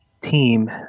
team